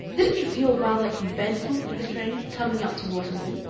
didn't you feel rather eventful in the train coming up to waterloo?